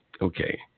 okay